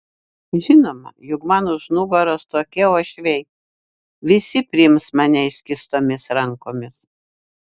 žinoma juk man už nugaros tokie uošviai visi priims mane išskėstomis rankomis